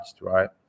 right